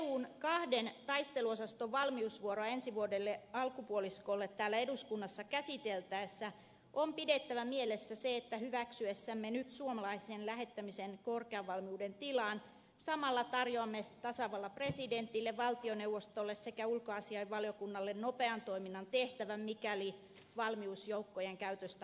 eun kahden taisteluosaston valmiusvuoroa ensi vuoden alkupuoliskolle täällä eduskunnassa käsiteltäessä on pidettävä mielessä se että hyväksyessämme nyt suomalaisten lähettämisen korkean valmiuden tilaan samalla tarjoamme tasavallan presidentille valtioneuvostolle sekä ulkoasiainvaliokunnalle nopean toiminnan tehtävän mikäli valmiusjoukkojen käyttö aktivoituisi